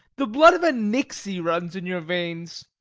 the blood of a nixey runs in your veins.